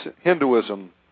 Hinduism